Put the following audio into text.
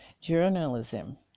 Journalism